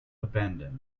abandoned